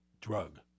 drug